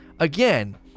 Again